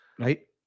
Right